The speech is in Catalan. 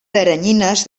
teranyines